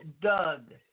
Doug